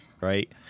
right